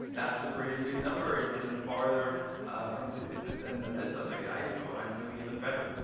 that's a pretty big number. it's even farther from fifty percent than this other guy. so i'm doing even better.